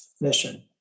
mission